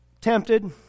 tempted